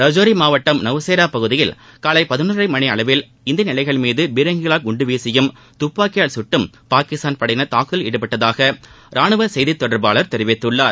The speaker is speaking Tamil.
ரஜோரி மாவட்டம் நவ்சேரா பகுதியில் காலை பதினொன்றரை மணி அளவில் இந்திய நிலைகள் மீது பீரங்கிகளால் குண்டு வீசியும் துப்பாக்கியால் சுட்டும் பாகிஸ்தான் படையினர் தாக்குதலில் ஈடுபட்டதாக ராணுவ செய்தித் தொடர்பாளர் தெரிவித்துள்ளார்